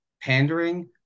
pandering